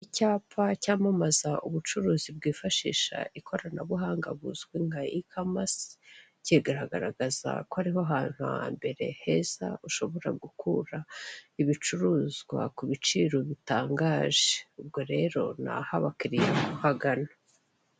Icyapa cyamamaza ubucuruzi bwifashisha ikoranabuhanga, buzwi nka i kamasi, kigaragaza ko ari ho hantu ha mbere heza ushobora gukura ibicuruzwa ku biciro bitangaje! Ubwo rero ni ah'abakiriya bahagana.